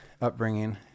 upbringing